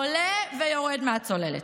עולה ויורד מהצוללת.